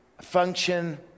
Function